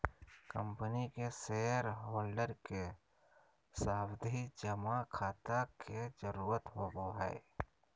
company के shareholder के सावधि जमा खाता के जरूरत होवो हय